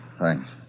thanks